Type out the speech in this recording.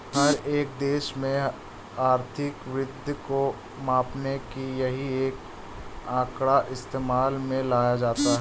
हर एक देश में आर्थिक वृद्धि को मापने का यही एक आंकड़ा इस्तेमाल में लाया जाता है